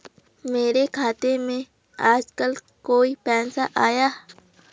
मेरे खाते में आजकल कोई पैसा आया?